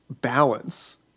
balance